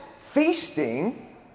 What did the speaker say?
feasting